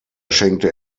schenkte